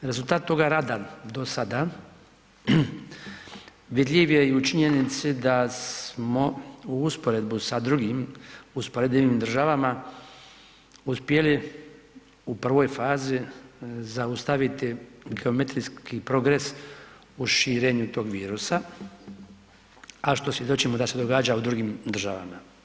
Rezultat toga rada do sad vidljiv je i u činjenici da smo u usporedbu sa drugim usporedivim državama uspjeli u prvoj fazi zaustaviti geometrijski progres u širenju tog virusa, a što svjedočimo da se događa u drugim državama.